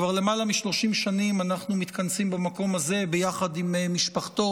כבר למעלה מ-30 שנים אנחנו מתכנסים במקום הזה ביחד עם משפחתו